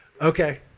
okay